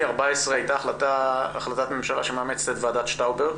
2014 הייתה החלטת ממשלה שמאמצת את ועדת שטראובר,